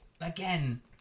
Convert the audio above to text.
again